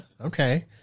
okay